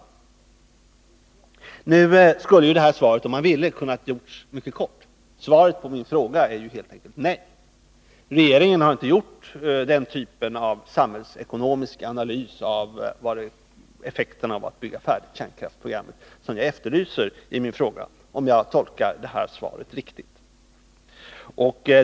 Nu skulle ju svaret, om man så hade velat, ha kunnat göras mycket kort. Svaret på min fråga är helt enkelt nej. Men regeringen har inte gjort den typen av samhällsekonomisk analys av effekterna av att bygga kärnkraftsprogrammet färdigt som jag efterlyser i min fråga, om jag har tolkat svaret rätt.